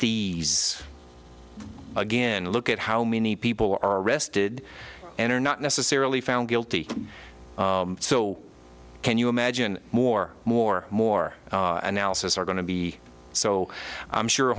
ees again look at how many people are arrested enter not necessarily found guilty so can you imagine more more more analysis are going to be so i'm sure